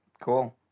cool